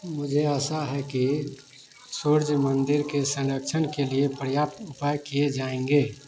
मुझे आशा है कि सूर्य मंदिर के संरक्षण के लिए पर्याप्त उपाय किए जाएँगे